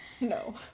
No